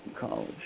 College